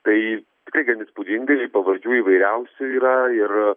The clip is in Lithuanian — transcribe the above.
tai tikrai gan įspūdingai pavardžių įvairiausių yra ir